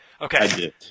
Okay